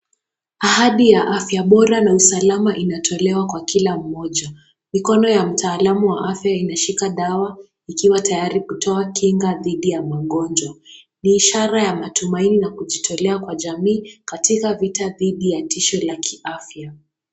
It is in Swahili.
Ahadi ya afya bora na usalama inatolewa kwa kila mmoja. Mikono ya mtaalamu wa afya inashika dawa ikiwa tayari kutoa kinga dhidi ya magonjwa. Ni ishara ya matumaini na kujitolea kwa jamii katika vita dhidi ya tisho la kiafya.